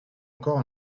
encore